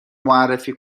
معرفی